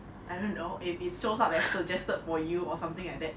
I don't know if it shows up as suggested for you or something like that